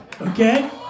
okay